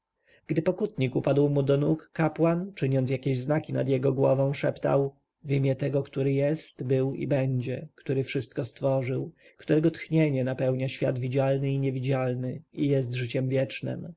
gdy pokutnik upadł mu do nóg kapłan czyniąc jakieś znaki nad jego głową szeptał w imię tego który jest był i będzie który wszystko stworzył którego tchnienie napełnia świat widzialny i niewidzialny i jest życiem wiecznem